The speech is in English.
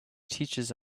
teaches